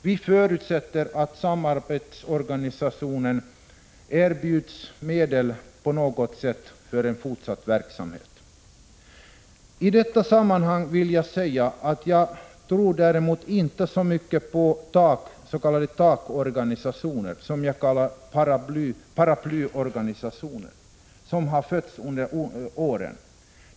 Vi förutsätter att samarbetsorganen erbjuds medel på något sätt för en fortsatt verksamhet. I detta sammanhang vill jag säga att jag däremot inte tror så mycket på de s.k. takeller paraplyorganisationer som har bildats under åren.